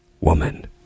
woman